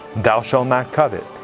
thou shalt not covet,